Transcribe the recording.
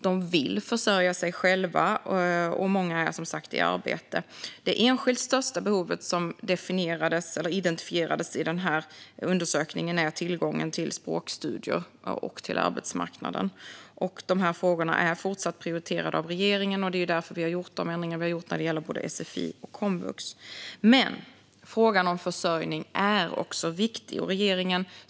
De vill försörja sig själva, och många är som sagt i arbete. Det enskilt största behov som identifierades i undersökningen gällde tillgången till språkstudier och till arbetsmarknaden. Dessa frågor är fortsatt prioriterade av regeringen. Det är ju därför vi har gjort de ändringar vi har gjort när det gäller både sfi och komvux. Men frågan om försörjning är också viktig.